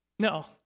No